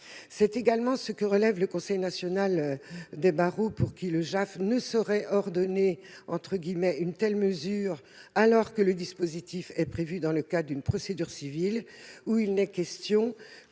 C'est également ce que relève le Conseil national des barreaux, pour qui le JAF « ne saurait ordonner une telle mesure alors que le dispositif est prévu dans le cadre d'une procédure civile où il n'est question